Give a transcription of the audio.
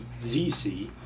ZC